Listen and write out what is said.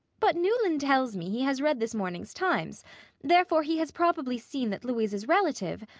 but newland tells me he has read this morning's times therefore he has probably seen that louisa's relative,